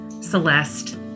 Celeste